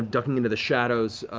ducking into the shadows,